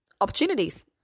opportunities